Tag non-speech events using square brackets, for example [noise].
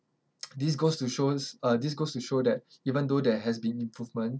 [noise] this goes to shows uh this goes to show that even though there has been improvement